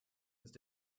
ist